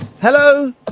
Hello